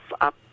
up